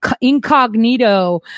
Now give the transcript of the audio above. incognito